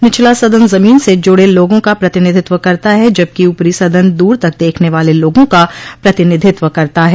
निचला सदन जमीन से जुड़े लोगों का प्रतिनिधित्व करता है जबकि ऊपरी सदन दूर तक देखने वाले लोगों का प्रतिनिधित्व करता है